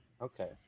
Okay